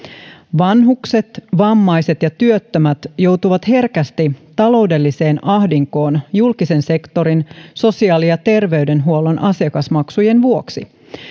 vanhukset vammaiset ja työttömät joutuvat herkästi taloudelliseen ahdinkoon julkisen sektorin sosiaali ja terveydenhuollon asiakasmaksujen vuoksi